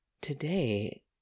today